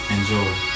Enjoy